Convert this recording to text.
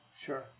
Sure